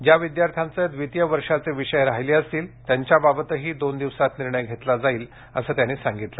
ज्या विद्यार्थ्यांचे द्वितीय वर्षाचे विषय राहिले असतील त्यांच्याबाबतही दोन दिवसात निर्णय घेतला जाईल असं त्यांनी सांगितलं